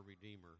redeemer